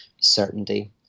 certainty